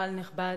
קהל נכבד,